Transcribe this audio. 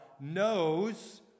knows